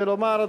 ולומר,